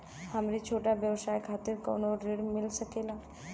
हमरे छोट व्यवसाय खातिर कौनो ऋण मिल सकेला?